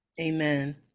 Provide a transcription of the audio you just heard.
Amen